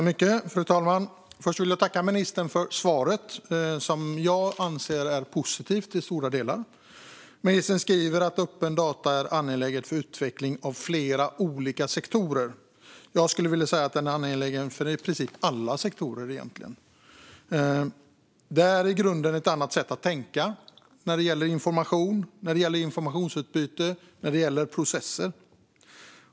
Fru talman! Först vill jag tacka ministern för svaret, som jag anser är positivt i stora delar. Ministern säger att öppna data är angeläget för utveckling av flera olika sektorer. Jag skulle vilja säga att det är angeläget för i princip alla sektorer. Det handlar i grunden om ett annat sätt att tänka när det gäller information, informationsutbyte och processer.